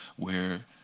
where